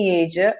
age